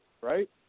right